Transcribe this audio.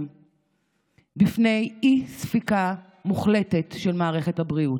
בפני אי-ספיקה מוחלטת של מערכת הבריאות,